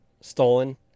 stolen